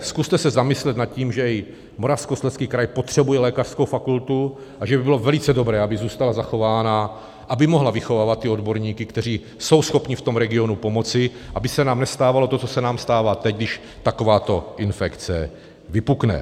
Zkuste se zamyslet nad tím, že i Moravskoslezský kraj potřebuje lékařskou fakultu a že by bylo velice dobré, aby zůstala zachována, aby mohla vychovávat ty odborníky, kteří jsou schopni v regionu pomoci, aby se nám nestávalo to, co se nám stává teď, když takováto infekce vypukne.